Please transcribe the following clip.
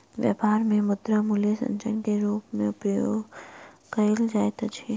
व्यापार मे मुद्रा मूल्य संचय के रूप मे उपयोग कयल जाइत अछि